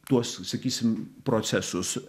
tuos sakysim procesus